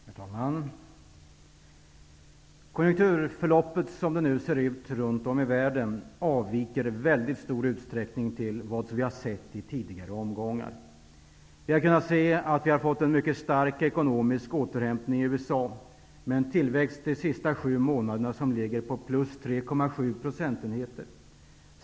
Herr talman! Konjunkturförloppet, som det nu ser ut runt om i världen, avviker i mycket stor utsträckning från vad vi har sett i tidigare omgångar. Vi har kunnat se en mycket stark ekonomisk återhämtning i USA, med en tillväxt de senaste sju månaderna på plus 3,7 procentenheter.